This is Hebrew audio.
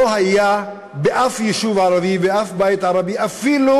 לא היה בשום יישוב ערבי, באף בית ערבי אפילו